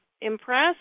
impressed